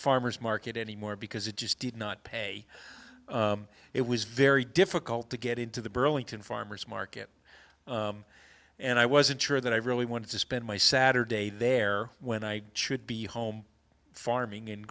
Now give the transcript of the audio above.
farmer's market anymore because it just did not pay it was very difficult to get into the burlington farmer's market and i wasn't sure that i really wanted to spend my saturday there when i should be home farming and